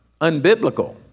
unbiblical